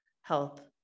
health